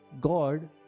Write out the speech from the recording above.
God